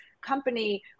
company